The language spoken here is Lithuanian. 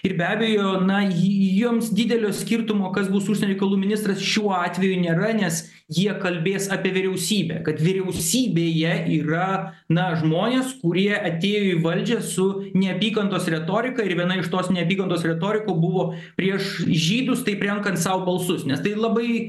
ir be abejo na ji joms didelio skirtumo kas bus užsienio reikalų ministras šiuo atveju nėra nes jie kalbės apie vyriausybę kad vyriausybėje yra na žmonės kurie atėjo į valdžią su neapykantos retorika ir viena iš tos neapykantos retorikų buvo prieš žydus taip renkant sau balsus nes tai labai